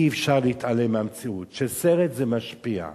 אי-אפשר להתעלם מהמציאות שסרט משפיע.